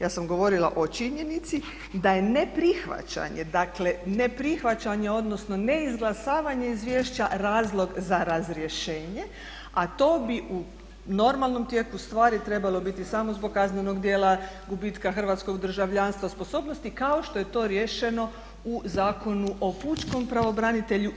Ja sam govorila o činjenici da je neprihvaćanje, dakle neprihvaćanje odnosno neizglasavanje izvješća razlog za razrješenje a to bi u normalnom tijeku stvari trebalo biti samo zbog kaznenog djela gubitka hrvatskog državljanstva, sposobnosti kao što je to riješeno u Zakonu o pučkom pravobranitelju.